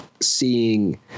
seeing